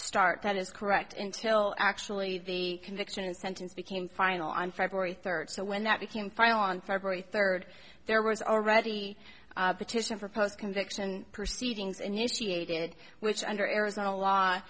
start that is correct intil actually the conviction and sentence became final on february third so when that became final on february third there was already petition for post conviction proceed ings initiated which under arizona law